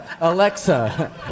Alexa